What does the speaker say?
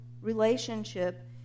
relationship